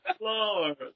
Lord